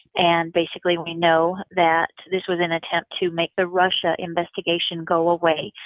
and basically, we know that this was an attempt to make the russia investigation go away.